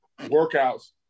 workouts